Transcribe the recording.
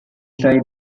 site